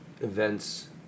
events